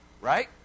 right